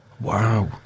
Wow